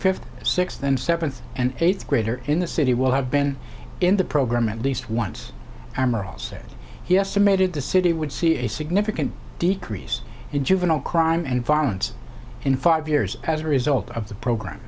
fifth sixth and seventh and eighth graders in the city will have been in the program at least once armorel says he estimated the city would see a significant decrease in juvenile crime and violence in five years as a result of the program